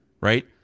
right